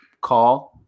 call